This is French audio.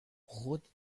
route